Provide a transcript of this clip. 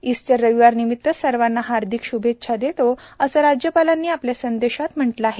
Easter रविवार निमित्त सर्वांना हार्दिक श्भेच्छा देतो असे राज्यपालांनी आपल्या संदेशात म्हटले आहे